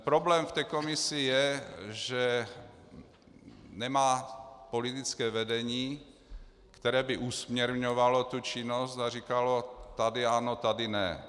Problém v té komisi je, že nemá politické vedení, které by usměrňovalo činnost a říkalo tady ano, tady ne.